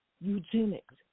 eugenics